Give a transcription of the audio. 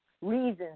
reasons